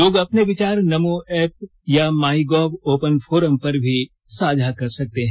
लोग अपने विचार नमो एप या माइगोव ओपन फोरम पर भी साझा कर सकते हैं